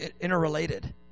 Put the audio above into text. interrelated